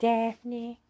Daphne